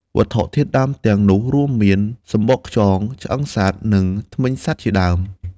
វត្ថុធាតុដើមទាំងនោះរួមមាន សំបកខ្យង ឆ្អឹងសត្វ និងធ្មេញសត្វជាដើម។